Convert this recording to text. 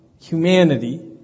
humanity